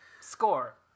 Score